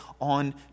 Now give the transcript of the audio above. on